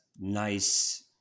nice